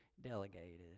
delegated